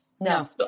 No